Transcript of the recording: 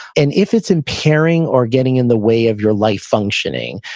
and if it's impairing or getting in the way of your life functioning,